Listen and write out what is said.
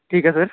ਠੀਕ ਹੈ ਸਰ